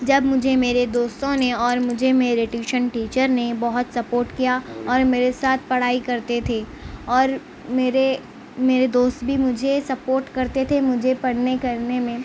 جب مجھے میرے دوستوں نے اور مجھے میرے ٹیوشن ٹیچر نے بہت سپورٹ کیا اور میرے ساتھ پڑھائی کرتے تھے اور میرے میرے دوست بھی مجھے سپورٹ کر تے تھے مجھے پڑھنے کر نے میں